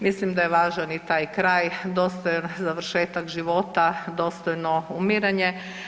Mislim da je važan i taj kraj, dostojan završetak života, dostojno umiranje.